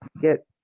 get